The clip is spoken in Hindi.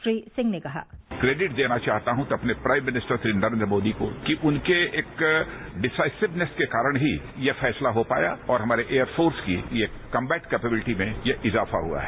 श्री सिंह ने कहा क्रेडिट देना चाहता हूं अपने प्राइम मिनिस्टर नरेन्द्र मोदी को कि उनके एक डिसाइसिवनेस के कारण ही यह फैसला हो पाया और हमारे एयरफोर्स की यह कम्बेट केपेविलिटी में यह इजाफा हुआ है